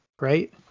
right